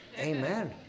Amen